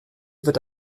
wird